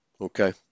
okay